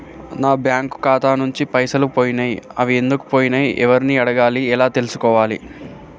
నా బ్యాంకు ఖాతా నుంచి పైసలు పోయినయ్ అవి ఎందుకు పోయినయ్ ఎవరిని అడగాలి ఎలా తెలుసుకోవాలి?